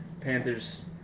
Panthers